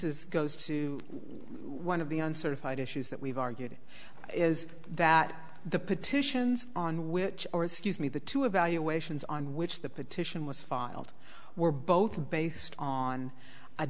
is goes to one of the uncertified issues that we've argued is that the petitions on which or excuse me the two a valuation is on which the petition was filed were both based on a